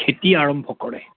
খেতি আৰম্ভ কৰে